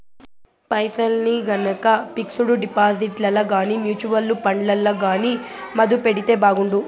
పైసల్ని గనక పిక్సుడు డిపాజిట్లల్ల గానీ, మూచువల్లు ఫండ్లల్ల గానీ మదుపెడితే బాగుండు